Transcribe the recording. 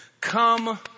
Come